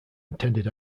intended